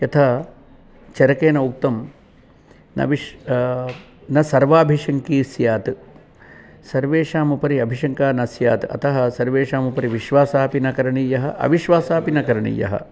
यथा चरकेन उक्तं न विश् न सर्वाभिशङ्की स्यात् सर्वेषाम् उपरि अभिशङ्का न स्यात् अतः सर्वेषामुपरि विश्वासः अपि न करणीयः अविश्वासः अपि न करणीयः